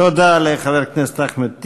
תודה לחבר הכנסת אחמד טיבי.